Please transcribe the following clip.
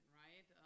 right